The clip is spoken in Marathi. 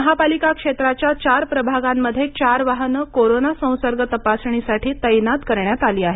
महापालिका क्षेत्राच्या चार प्रभागांमध्ये चार वाहनं कोरोना संसर्ग तपासणीसाठी तैनात करण्यात आली आहेत